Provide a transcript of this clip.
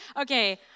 Okay